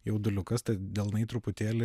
jauduliukas tad delnai truputėlį